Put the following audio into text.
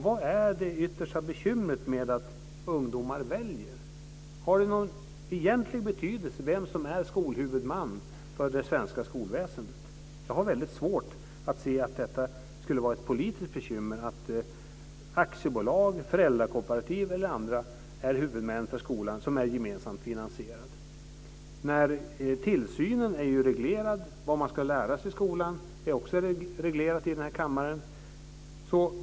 Vad är det yttersta bekymret med att ungdomar väljer? Har det någon egentlig betydelse vem som är skolhuvudman för det svenska skolväsendet? Jag har väldigt svårt att se att det skulle vara ett politiskt bekymmer att aktiebolag, föräldrakooperativ eller andra är huvudmän för skolan som är gemensamt finansierad. Tillsynen är ju reglerad. Vad man ska lära sig i skolan är också reglerat i den här kammaren.